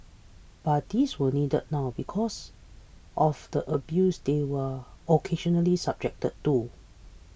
but these were needed now because of the abuse they were occasionally subjected to